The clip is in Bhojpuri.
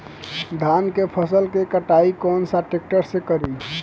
धान के फसल के कटाई कौन सा ट्रैक्टर से करी?